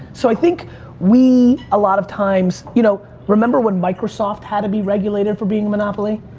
so i think we, a lot of times. you know remember when microsoft had to be regulated for being a monopoly?